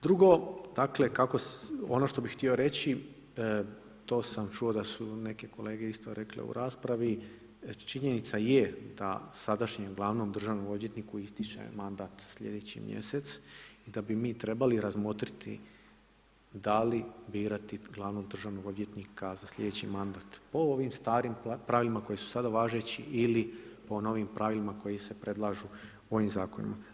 Drugo, dakle kako se, ono što bih htio reći to sam čuo da su neke kolege isto rekle u raspravi, činjenica je da sadašnjem glavnom državnom odvjetniku ističe mandat sljedeći mjesec i da bi mi trebali razmotriti da li birati glavnog državnog odvjetnika za sljedeći mandat po ovim starim pravilima koji su sada važeći ili po novim pravilima koji se predlažu ovim zakonima.